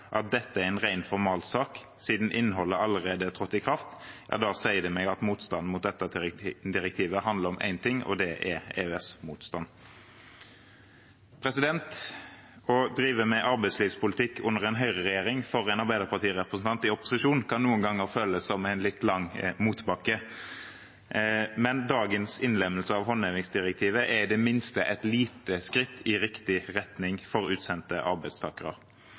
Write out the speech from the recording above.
at dette er en ren formalsak siden innholdet allerede er trådt i kraft, sier det meg at motstanden mot dette direktivet handler om én ting, og det er EØS-motstand. Å drive med arbeidslivspolitikk under en høyreregjering for en arbeiderpartirepresentant i opposisjon kan noen ganger føles som en litt lang motbakke. Men dagens innlemmelse av håndhevingsdirektivet er i det minste et lite skritt i riktig retning for utsendte arbeidstakere.